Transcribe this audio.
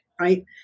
Right